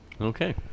okay